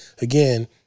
again